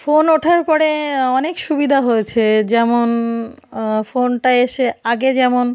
phone ওঠার পরে অনেক সুবিধা হয়েছে যেমন ফোনটা এসে আগে যেমন